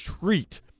treat